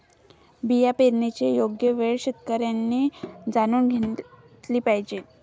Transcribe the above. बिया पेरण्याची योग्य वेळ शेतकऱ्यांनी जाणून घेतली पाहिजे